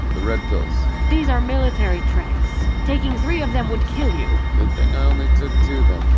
the red pills these are military tranqs. taking three of them would kill you! good thing i took two, then.